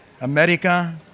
America